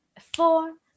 four